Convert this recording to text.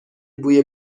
بوی